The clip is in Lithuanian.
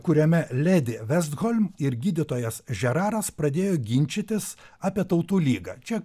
kuriame ledi vest holim ir gydytojas žeraras pradėjo ginčytis apie tautų lygą čia